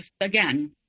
again